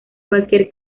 cualquier